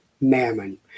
mammon